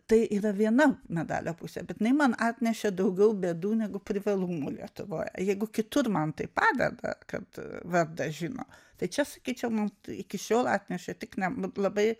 tai yra viena medalio pusė bet jinai man atnešė daugiau bėdų negu privalumų lietuvoje jeigu kitur man tai padeda kad vardą žino tai čia sakyčiau man iki šiol atneša tik ne labai